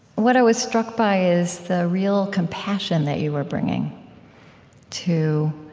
what i was struck by is the real compassion that you were bringing to